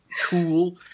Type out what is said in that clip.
cool